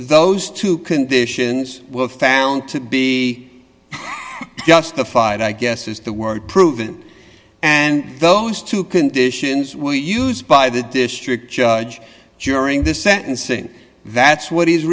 those two conditions were found to be justified i guess is the word proven and those two conditions were used by the district judge during the sentencing that's what he